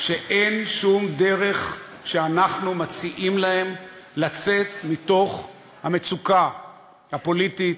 שאין שום דרך שאנחנו מציעים להם כדי לצאת מתוך המצוקה הפוליטית,